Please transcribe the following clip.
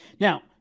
Now